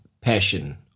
passion